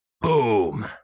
boom